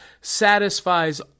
satisfies